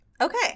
Okay